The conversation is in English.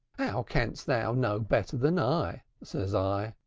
how canst thou know better than i says i.